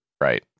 right